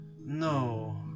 no